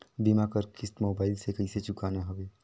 बीमा कर किस्त मोबाइल से कइसे चुकाना हवे